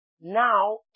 Now